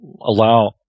allow